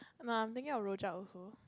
no I'm thinking of Rojak also